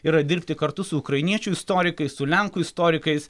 yra dirbti kartu su ukrainiečių istorikais su lenkų istorikais